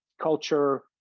culture